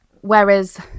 whereas